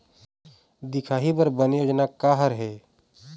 दिखाही बर बने योजना का हर हे?